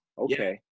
okay